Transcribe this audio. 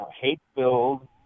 hate-filled